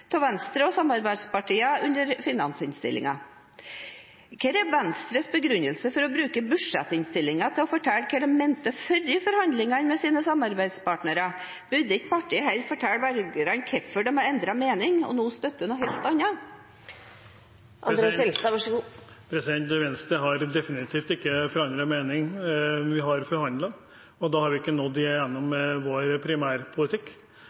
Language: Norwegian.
av Venstre og samarbeidspartiene i forbindelse med finansinnstillingen. Hva er Venstres begrunnelse for å bruke budsjettinnstillingen til å fortelle hva de mente før forhandlingene med sine samarbeidspartnere? Burde ikke partiet heller fortelle velgerne hvorfor de har endret mening og nå støtter noe helt annet? Venstre har definitivt ikke forandret mening. Vi har forhandlet og ikke nådd igjennom med vår primærpolitikk.